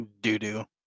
doo-doo